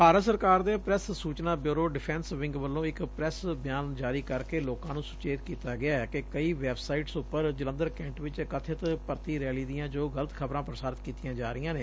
ਭਾਰਤ ਸਰਕਾਰ ਦੇ ਪ੍ਰੈਸ ਸੂਚਨਾ ਬਿਊਰੋ ਡਿਫੈਂਸ ਵਿੰਗ ਵੱਲੋਂ ਇਕ ਪ੍ਰੈਸ ਬਿਆਨ ਜਾਰੀ ਕਰਕੇ ਲੋਕਾਂ ਨੂੰ ਸੂਚੇਤ ਕੀਤਾ ਗਿਐ ਕਿ ਕਈ ਵੈੱਬ ਸਾਈਟਸ ਉਪਰ ਜਲੰਧਰ ਕੈਂਟ ਵਿਚ ਕਥਿਤ ਭਰਤੀ ਰੈਲੀ ਦੀਆਂ ਜੋ ਗਲਤ ਖਬਰਾਂ ਪ੍ਸਾਰਤ ਕੀਤੀਆਂ ਜਾ ਰਹੀਆਂ ਨੇ